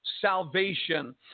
salvation